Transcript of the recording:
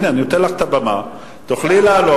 הנה, אני נותן לך את הבמה, תוכלי לעלות.